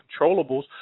controllables